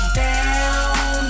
down